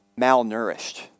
malnourished